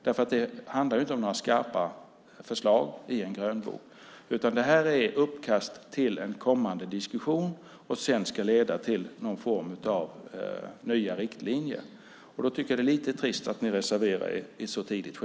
Det handlar inte om några skarpa förslag i en grönbok, utan det är utkastet till en kommande diskussion som ska leda till någon form av nya riktlinjer. Då är det lite trist att ni reserverar er redan nu.